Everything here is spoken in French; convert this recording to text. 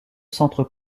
centre